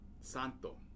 santo